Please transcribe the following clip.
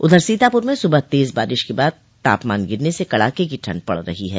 उधर सीतापुर में सुबह तेज बारिश के बाद तापमान गिरने से कड़ाके की ठंड पड़ रही है